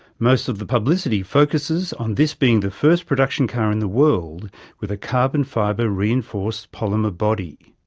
most of the publicity focuses on this being the first production car in the world with a carbon fibre reinforced polymer body.